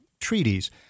treaties